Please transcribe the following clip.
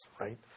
right